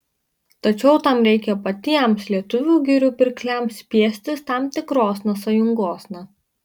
tačiau tam reikia patiems lietuvių girių pirkliams spiestis tam tikrosna sąjungosna